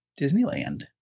Disneyland